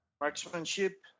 marksmanship